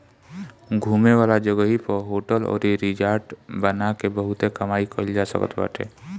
घूमे वाला जगही पअ होटल अउरी रिजार्ट बना के बहुते कमाई कईल जा सकत बाटे